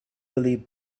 believe